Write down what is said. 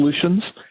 solutions